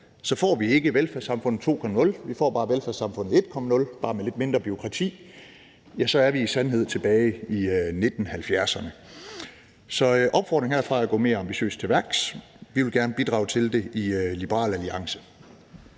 Så får vi ikke velfærdssamfundet 2.0, vi får bare velfærdssamfundet 1.0, bare med lidt mindre bureaukrati, og ja, så er vi i sandhed tilbage i 1970'erne. Så opfordringen herfra er at gå mere ambitiøst til værks. Vi vil gerne bidrage til det i Liberal Alliance.